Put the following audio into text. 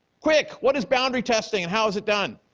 quick! what is boundary testing and how is it done?